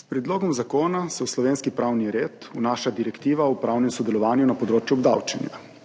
S predlogom zakona se v slovenski pravni red vnaša direktiva o upravnem sodelovanju na področju obdavčenja.